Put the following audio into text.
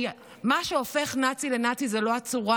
כי מה שהופך נאצי לנאצי זה לא הצורה,